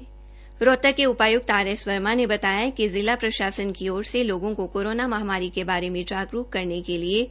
यह जानकारी देते हये रोहतक के उपायुक्त आर एस वर्मा ने बताया कि जिला प्रशासन की ओर से लोगों को कोरोना महामारी के बारे में जागरूक करने के लिए